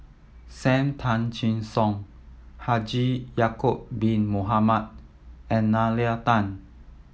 Sam Tan Chin Siong Haji Ya'acob Bin Mohamed and Nalla Tan